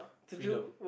freedom